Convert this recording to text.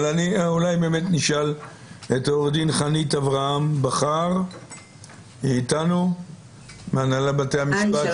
אבל אולי באמת נשאל את עוה"ד חנית אברהם בכר מהנהלת בתי המשפט,